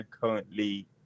Currently